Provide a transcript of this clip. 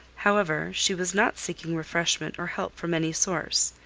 however, she was not seeking refreshment or help from any source,